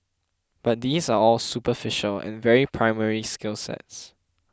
but these are all superficial and very primary skill sets